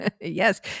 Yes